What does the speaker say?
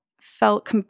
felt